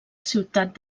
ciutat